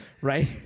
Right